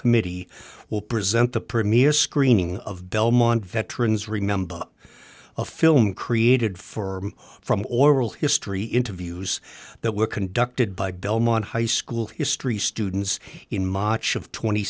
committee will present the premier screening of belmont veterans remember a film created for him from oral history interviews that were conducted by belmont high school history students in macia of twenty